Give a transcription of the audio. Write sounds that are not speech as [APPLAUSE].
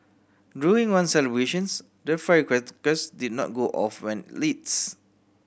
during one celebrations the firecrackers did not go off when lit [UNINTELLIGIBLE]